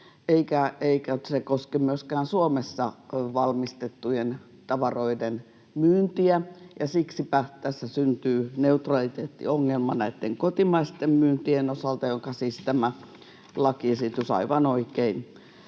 eikä se koske myöskään Suomessa valmistettujen tavaroiden myyntiä, ja siksipä tässä syntyy neutraliteettiongelma näitten kotimaisten myyntien osalta, jonka siis tämä lakiesitys aivan oikein